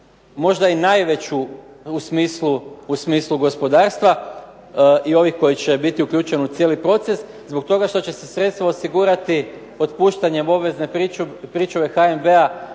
Možda i najveću u smislu gospodarstva i ovih koji će biti uključeni u cijeli proces, zbog toga što će se sredstva osigurati otpuštanjem obvezne pričuve HNB-a